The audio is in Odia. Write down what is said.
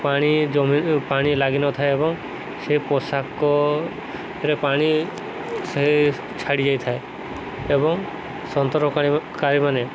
ପାଣି ଜମି ପାଣି ଲାଗିନଥାଏ ଏବଂ ସେ ପୋଷାକରେ ପାଣି ସେ ଛାଡ଼ି ଯାଇଥାଏ ଏବଂ ସନ୍ତରଣ କାରୀମାନେ